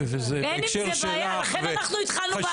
אין עם זה בעיה, לכן אנחנו התחלנו בהקראה.